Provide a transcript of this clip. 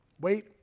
Wait